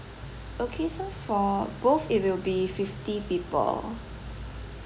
okay so for both it will be fifty people